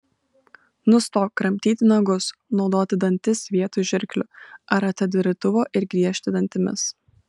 nustok kramtyti nagus naudoti dantis vietoj žirklių ar atidarytuvo ir griežti dantimis